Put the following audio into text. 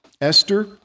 Esther